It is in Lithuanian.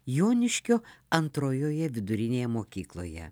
joniškio antrojoje vidurinėje mokykloje